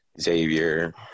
Xavier